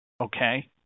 Okay